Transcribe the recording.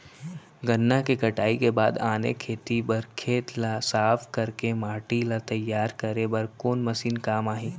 गन्ना के कटाई के बाद आने खेती बर खेत ला साफ कर के माटी ला तैयार करे बर कोन मशीन काम आही?